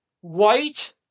white